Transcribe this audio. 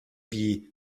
wie